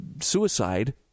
suicide